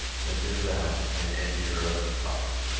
went into the house and emptied her husband's pockets.